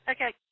Okay